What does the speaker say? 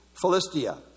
Philistia